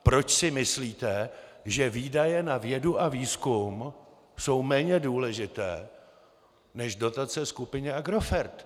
Proč si myslíte, že výdaje na vědu a výzkum jsou méně důležité než dotace skupině Agrofert?